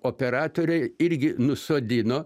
operatoriai irgi nusodino